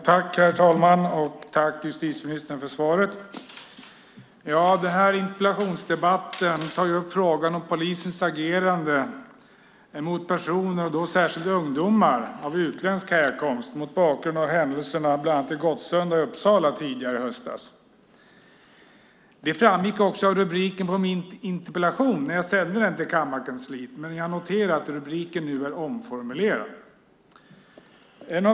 Herr talman! Tack för svaret, justitieministern! Denna interpellationsdebatt tar upp frågan om polisens agerande mot personer, och då särskilt ungdomar, av utländsk härkomst mot bakgrund av händelserna bland annat i Gottsunda i Uppsala tidigare i höstas. Det framgick också av rubriken på min interpellation när jag sände den till kammarkansliet, men jag noterar att rubriken nu är omformulerad.